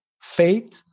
faith